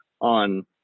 on